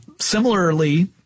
Similarly